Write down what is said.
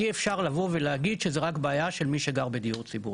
אי אפשר לבוא ולהגיד שזו רק בעיה של מי שגר בדיור הציבורי.